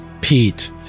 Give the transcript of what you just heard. Pete